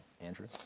andrew